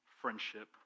friendship